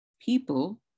people